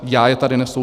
Já je tady nesu.